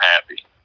happy